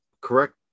correct